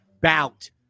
bout